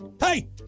Hey